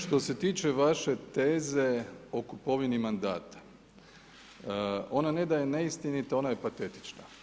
Što se tiče vaše teže o kupovini mandata, ona ne da je neistinita, ona je patetična.